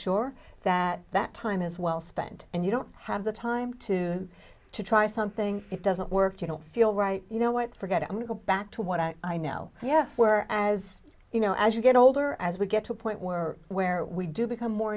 sure that that time is well spent and you don't have the time to to try something it doesn't work you don't feel right you know what forget it i'm to go back to what i know yes where as you know as you get older as we get to a point we're where we do become more